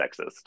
sexist